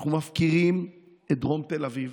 אנחנו מפקירים את דרום תל אביב,